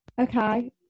Okay